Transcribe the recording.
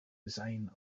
design